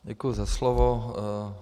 Děkuji za slovo.